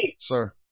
sir